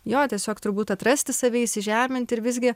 jo tiesiog turbūt atrasti save įsižeminti ir visgi